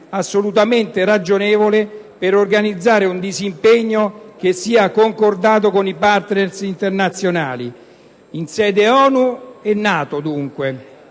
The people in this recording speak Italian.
assolutamente ragionevole per organizzare un disimpegno concordato con i partner internazionali, in sede ONU e NATO, che